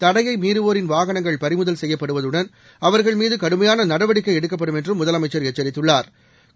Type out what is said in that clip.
தடையை மீறுவோரின் வாகனங்கள் பறிமுதல் செய்யப்படுவதுடன் அவர்கள் மீது கடுமையான நடவடிக்கை எடுக்கப்படும் என்றும் முதலமைச்சா் எச்சாித்துள்ளாா்